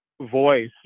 voice